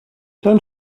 dann